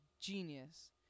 genius